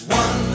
one